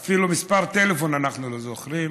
אפילו מספר טלפון אנחנו לא זוכרים,